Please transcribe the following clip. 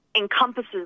encompasses